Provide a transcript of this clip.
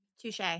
Touche